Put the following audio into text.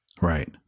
Right